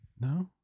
no